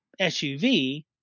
SUV